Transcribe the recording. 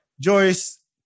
Joyce